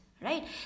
right